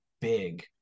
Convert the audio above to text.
big